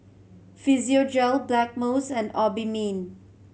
Physiogel Blackmores and Obimin